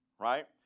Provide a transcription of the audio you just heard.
right